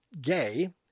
gay